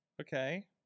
Okay